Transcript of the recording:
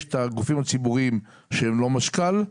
יש את הגופים הציבוריים שהם לא משכ"ל,